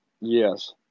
Yes